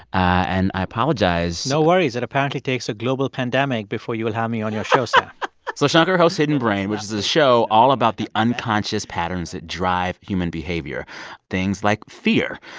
and i apologize no worries. it apparently takes a global pandemic before you will have me on your show, sam so shankar hosts hidden brain, which is a show all about the unconscious patterns that drive human behavior things like fear.